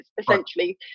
essentially